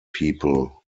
people